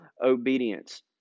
obedience